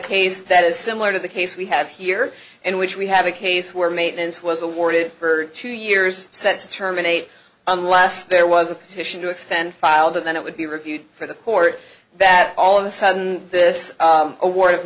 case that is similar to the case we have here in which we have a case where maintenance was awarded for two years sent to terminate unless there was a petition to extend filed and then it would be reviewed for the court that all of the sudden this award of